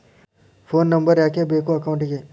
Phone number ಯಾಕೆ ಬೇಕು ಅಕೌಂಟಿಗೆ?